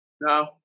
no